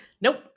Nope